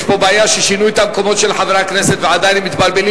יש פה בעיה ששינו את המקומות של חברי הכנסת ועדיין הם מתבלבלים.